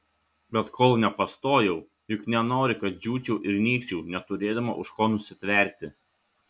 bet kol nepastojau juk nenori kad džiūčiau ir nykčiau neturėdama už ko nusitverti